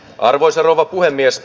arvoisa rouva puhemies